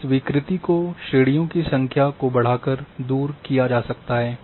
इस विकृति को श्रेणियों की संख्या को बढ़ाकर दूर किया जा सकता है